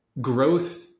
growth